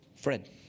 Fred